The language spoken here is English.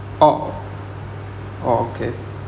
orh orh okay